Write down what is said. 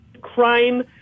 crime